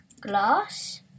glass